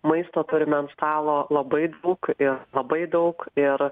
maisto turime ant stalo labai daug ir labai daug ir